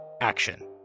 action